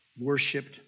worshipped